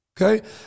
Okay